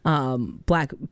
black